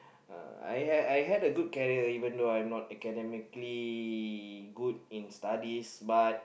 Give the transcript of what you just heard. uh I I had a good career even though I'm not academically good in studies but